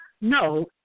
no